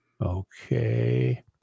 Okay